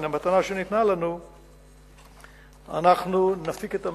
מן המתנה שניתנה לנו אנחנו נפיק את המירב.